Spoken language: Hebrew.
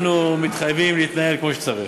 אנחנו מתחייבים להתנהל כמו שצריך.